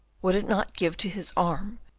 would it not give to his arm,